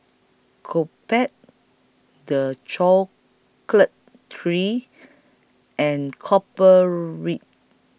Co Pet The Chocolate Trees and Copper Ridge